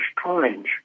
strange